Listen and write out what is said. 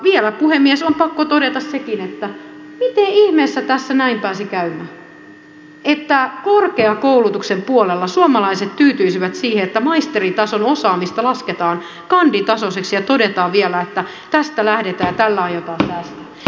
vielä puhemies on pakko todeta sekin että miten ihmeessä tässä näin pääsi käymään että korkeakoulutuksen puolella suomalaiset tyytyisivät siihen että maisteritason osaamista lasketaan kanditasoiseksi ja todetaan vielä että tästä lähdetään ja tällä aiotaan päästä eteenpäin